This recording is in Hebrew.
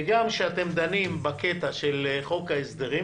וגם כשאתם דנים בקטע של חוק ההסדרים